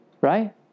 Right